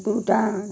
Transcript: Bhutan